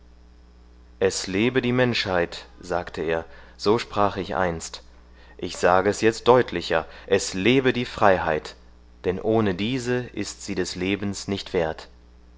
es lebe die menschheit sagte er so sprach ich einst ich sage es jetzt deutlicher es lebe die freiheit denn ohne diese ist sie des lebens nicht wert